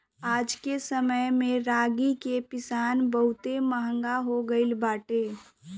आजके समय में रागी के पिसान बहुते महंग हो गइल बाटे